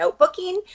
notebooking